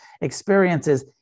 experiences